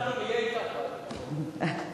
אנחנו נהיה אתך, תודה.